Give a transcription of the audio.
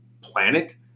planet